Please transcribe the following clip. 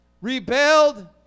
rebelled